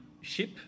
ship